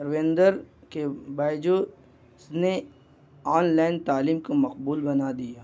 رویندر کے بائیجوس نے online تعلیم کو مقبول بنا دیا